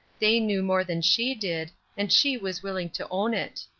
they knew more than she did, and she was willing to own it.